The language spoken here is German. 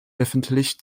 öffentlich